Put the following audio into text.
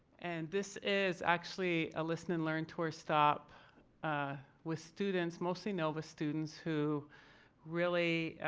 and this is actually a listen and learn tour stop with students mostly nova students who really